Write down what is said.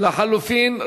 רבותי,